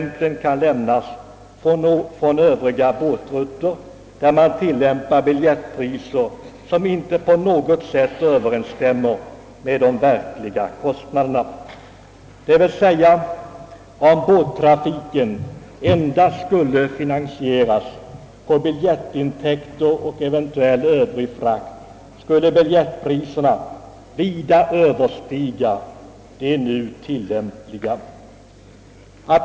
Man kan nämna exempel från andra båtrutter, där man tillämpar biljettpriser som inte på något sätt överensstämmer med de verkliga kostnaderna. Detta vill med andra ord säga, att om båttrafiken skulle finansieras bara på biljettintäkterna och eventuell frakt, skulle biljettpriserna vida överstiga de som nu tillämpas.